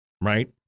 Right